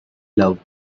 loved